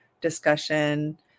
discussion